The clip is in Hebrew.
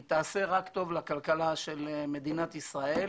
היא תעשה רק טוב לכלכלה של מדינת ישראל